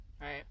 Right